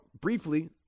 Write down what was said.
briefly